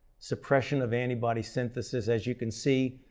suppression of antibody synthesis as you can see,